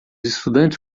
estudantes